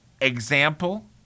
example –